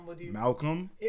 Malcolm